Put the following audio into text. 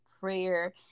prayer